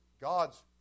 God's